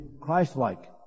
Christ-like